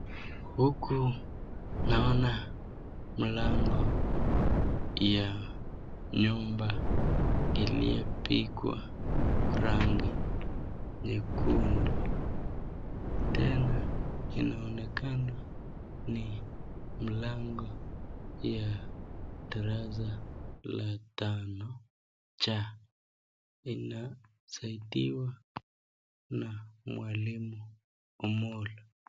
Huku naona mlango ya nyumba iliyopigwa rangi nyekundu, tena inaonekana ni mlango ya darasa la tano cha, inasaidiwa na mwalimu Omollo.